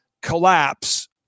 collapse